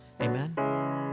Amen